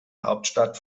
hauptstadt